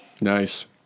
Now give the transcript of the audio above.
Nice